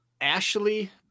Ashley